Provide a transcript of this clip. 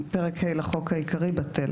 "פרק ה' לחוק העיקרי בטל".